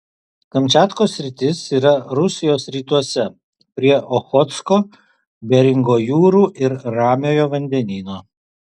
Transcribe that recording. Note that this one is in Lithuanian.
kamčiatkos sritis yra rusijos rytuose prie ochotsko beringo jūrų ir ramiojo vandenyno